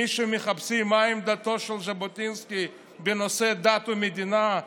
מי שמחפשים מהי עמדתו של ז'בוטינסקי בנושא דת ומדינה,